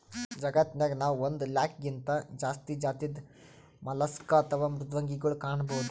ಜಗತ್ತನಾಗ್ ನಾವ್ ಒಂದ್ ಲಾಕ್ಗಿಂತಾ ಜಾಸ್ತಿ ಜಾತಿದ್ ಮಲಸ್ಕ್ ಅಥವಾ ಮೃದ್ವಂಗಿಗೊಳ್ ಕಾಣಬಹುದ್